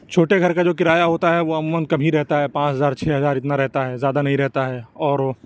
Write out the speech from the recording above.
چھوٹے گھر کا جو کرایہ ہوتا ہے وہ عموماً کم ہی رہتا ہے پانچ ہزار چھ ہزار اتنا رہتا ہے زیادہ نہیں رہتا ہے اور